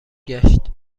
گشت